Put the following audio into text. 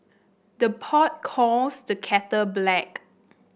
the pot calls the kettle black